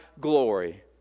glory